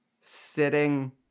sitting